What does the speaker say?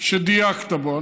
שדייקת בו.